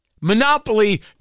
Monopoly